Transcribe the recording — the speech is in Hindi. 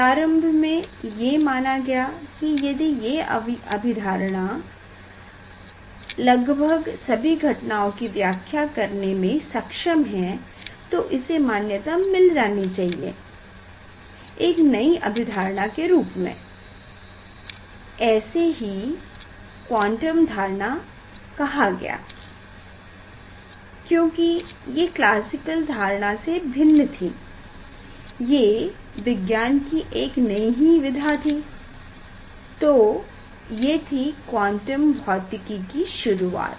प्रारंभ मे ये माना गया की यदि ये अभिधारणा लगभग सभी घटनाओं की व्याख्या करने में सक्षम है तो इसे मान्यता मिल जानी चाहिए एक नई अभिधारणा के रूप में इसे ही क्वांटम धारणा कहा गया क्योकि ये क्लासिकल धारणा से भिन्न थी ये विज्ञान की एक नयी ही विधा थी तो ये थी क्वाटम भौतिकी की शुरुवात